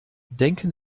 denken